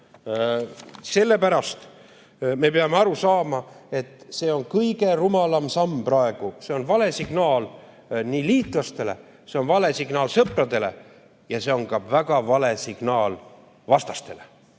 Sellepärast me peame aru saama, et see on kõige rumalam samm praegu. See on vale signaal liitlastele, see on vale signaal sõpradele ja see on ka väga vale signaal vastastele.